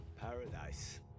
paradise